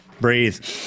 Breathe